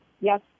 yes